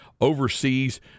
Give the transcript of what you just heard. overseas